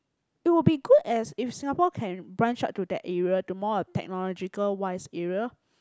it will be good as if Singapore can branch ah to that area to more a technological wise area